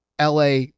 LA